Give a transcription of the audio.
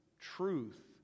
truth